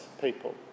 people